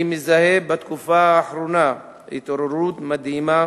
אני מזהה בתקופה האחרונה התעוררות מדהימה